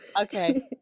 okay